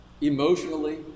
emotionally